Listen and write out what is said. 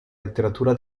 letteratura